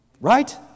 Right